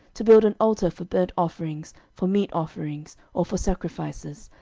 to build an altar for burnt offerings, for meat offerings, or for sacrifices,